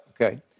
Okay